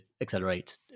accelerate